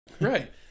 right